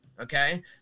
okay